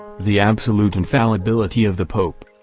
the absolute infallibility of the pope.